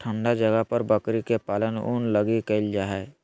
ठन्डा जगह पर बकरी के पालन ऊन लगी कईल जा हइ